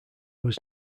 was